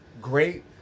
great